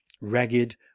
ragged